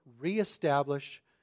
reestablish